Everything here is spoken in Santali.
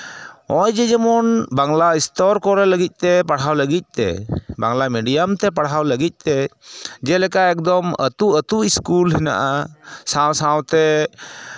ᱱᱚᱜᱼᱚᱭ ᱡᱮᱢᱚᱱ ᱵᱟᱝᱞᱟ ᱥᱛᱚᱨ ᱠᱚᱨᱮ ᱞᱟᱹᱜᱤᱫ ᱛᱮ ᱯᱟᱲᱦᱟᱣ ᱞᱟᱹᱜᱤᱫ ᱛᱮ ᱵᱟᱝᱞᱟ ᱢᱮᱰᱤᱭᱟᱢ ᱞᱟᱹᱜᱤᱫ ᱛᱮ ᱯᱟᱲᱦᱟᱣ ᱞᱟᱹᱜᱤᱫ ᱛᱮ ᱡᱮᱞᱮᱠᱟ ᱮᱠᱫᱚᱢ ᱟᱹᱛᱩ ᱟᱹᱛᱩ ᱤᱥᱠᱩᱞ ᱦᱮᱱᱟᱜᱼᱟ ᱥᱟᱶ ᱥᱟᱶᱛᱮ